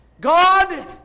God